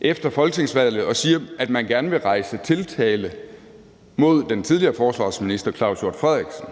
efter folketingsvalget og siger, at man gerne vil rejse tiltale mod den tidligere forsvarsminister Claus Hjort Frederiksen,